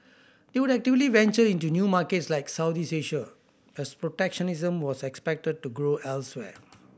they would actively venture into new markets like South east Asia as protectionism was expected to grow elsewhere